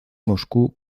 moscú